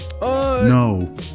No